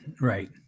Right